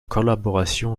collaboration